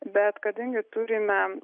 bet kadangi turime